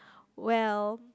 well